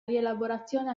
rielaborazione